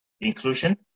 inclusion